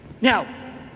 Now